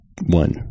one